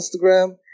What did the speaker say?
Instagram